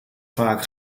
vaak